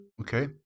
Okay